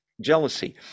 Jealousy